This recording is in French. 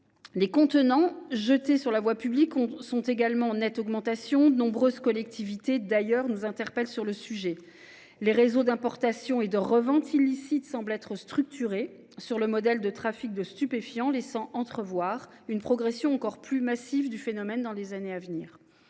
Les contenants jetés sur la voie publique sont également en nette augmentation ; de nombreuses collectivités, d’ailleurs, nous interpellent sur le sujet. Les réseaux d’importation et de revente illicites semblent s’être structurés sur le modèle des trafics de stupéfiants, ce qui laisse entrevoir une progression plus massive encore du phénomène dans les années à venir.